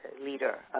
leader